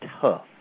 tough